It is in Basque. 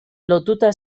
lotuta